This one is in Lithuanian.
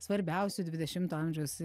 svarbiausių dvidešimto amžiaus